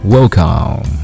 Welcome